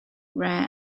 rare